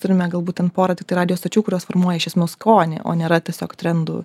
turime galbūt ten porą tiktai radijo stočių kurios formuoja šis esmės skonį o nėra tiesiog trendų